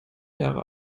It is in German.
jahre